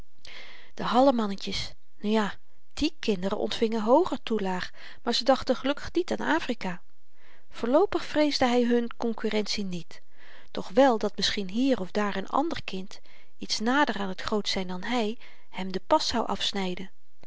de hallemannetjes nu ja die kinderen ontvingen hooger toelaag maar ze dachten gelukkig niet aan afrika voorloopig vreesde hy hun konkurrentie niet doch wel dat misschien hier of daar n ander kind iets nader aan t grootzyn dan hy hem den pas zou afsnyden